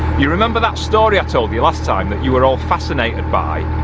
you remember that story i told you last time that you were all fascinated by?